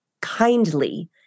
kindly